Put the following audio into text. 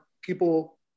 People